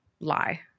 lie